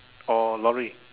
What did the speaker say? or lorry